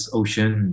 ocean